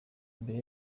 imbere